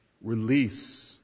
release